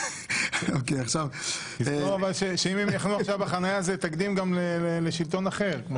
תזכור שאם הם ינוחו בחניה זה תקדים גם לשלטון אחר.